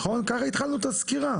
נכון, ככה התחלנו את הסקירה?